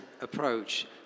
approach